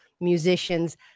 musicians